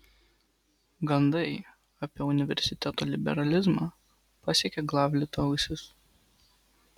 gandai apie universiteto liberalizmą pasiekė glavlito ausis